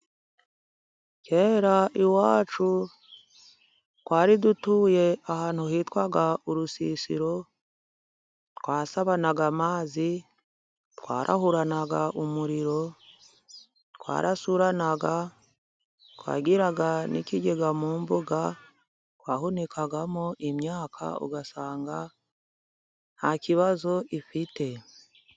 Kera iwacu twari dutuye ahantu hitwa urusisiro ,twasabanaga amazi, twarahuranaga umuriro ,twarasuranaga ,twagiraga n'ikigega mu mbuga kwahunikagamo imyaka, ugasanga ntakibazo ifite.